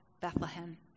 Bethlehem